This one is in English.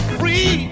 free